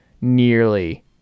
nearly